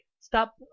stop